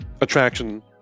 attraction